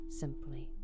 simply